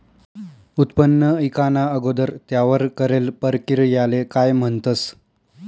उत्पन्न ईकाना अगोदर त्यावर करेल परकिरयाले काय म्हणतंस?